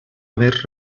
haver